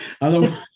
Otherwise